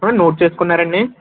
note చేసుకున్నారాండి